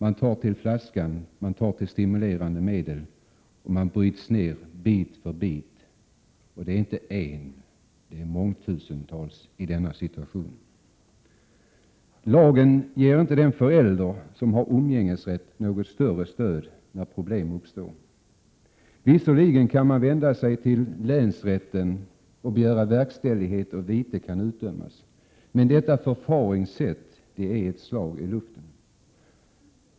De tar till flaskan och till stimulerande medel och bryts ned bit för bit. Det är inte en person det är fråga om. Tusentals befinner sig i denna situation. Lagen ger inte den förälder som har umgängesrätt något större stöd när problem uppstår. Man kan visserligen vända sig till länsrätten för att begära verkställighet, och vite kan utdömas. Detta förfaringssätt är emellertid ett slag i luften.